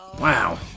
Wow